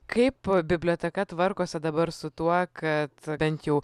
kaip biblioteka tvarkosi dabar su tuo kad bent jau